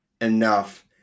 enough